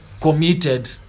committed